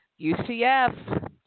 UCF